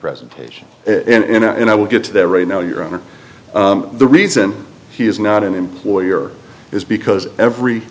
presentation and i will get to that right now your honor the reason he is not an employer is because every